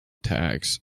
tags